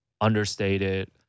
understated